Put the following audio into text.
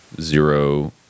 zero